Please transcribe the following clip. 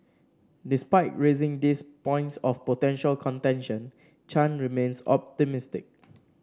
despite raising these points of potential contention Chan remains optimistic